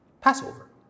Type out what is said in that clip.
Passover